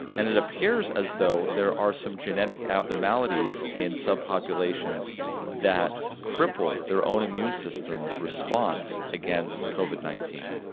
and it appears as though there are some genetic abnormalities in subpopulations that cripple their own immune system's response against covid nineteen,